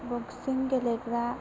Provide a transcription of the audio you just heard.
बक्सिं गेलेग्रा